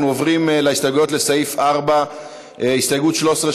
אנחנו עוברים להסתייגויות לסעיף 4. הסתייגות 13,